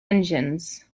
engines